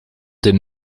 den